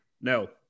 No